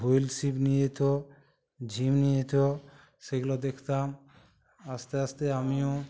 wheel ছিপ নিয়ে যেত ঝিম নিয়ে যেত সেইগুলো দেখতাম আস্তে আস্তে আমিও